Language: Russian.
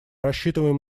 рассчитываем